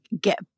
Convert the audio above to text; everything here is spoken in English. get